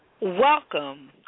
Welcome